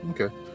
okay